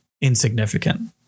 insignificant